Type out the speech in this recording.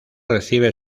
recibe